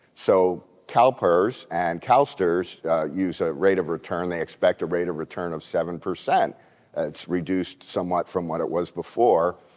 so calpers and calstrs use a rate of return, they expect a rate of return of seven. it's reduced somewhat from what it was before,